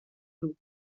grup